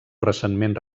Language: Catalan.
recentment